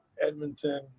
Edmonton